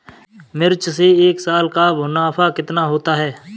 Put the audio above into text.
मिर्च से एक साल का मुनाफा कितना होता है?